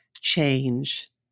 change